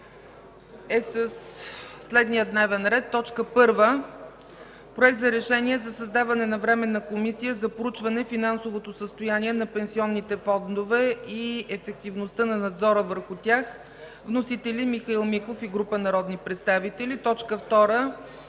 със следния дневен ред: 1. Проект за решение за създаване на Временна комисия за проучване финансовото състояние на пенсионните фондове и ефективността на надзора върху тях. Вносители – Михаил Миков и група народни представители. 2.